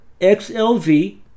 XLV